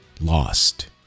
Lost